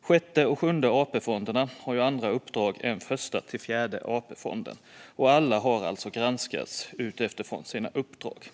Sjätte och Sjunde APfonderna har ju andra uppdrag än Första-Fjärde AP-fonden, och alla har alltså granskats utifrån sina uppdrag.